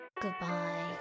Goodbye